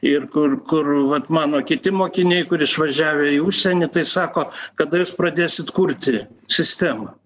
ir kur kur vat mano kiti mokiniai kur išvažiavę į užsienį tai sako kada jūs pradėsit kurti sistemą